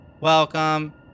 welcome